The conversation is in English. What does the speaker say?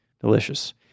Delicious